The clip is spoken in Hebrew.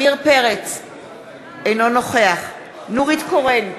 אינו נוכח נורית קורן,